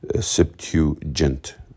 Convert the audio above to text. septuagint